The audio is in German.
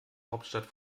hauptstadt